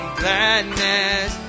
gladness